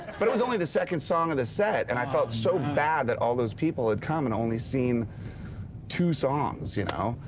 but it was only the second song of the set and i felt so bad that all those people had come and only seen two songs, you know.